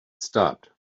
stopped